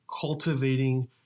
cultivating